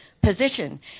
position